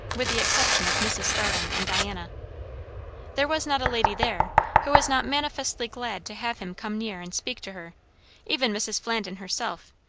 with the exception of mrs. starling and diana there was not a lady there who was not manifestly glad to have him come near and speak to her even mrs. flandin herself,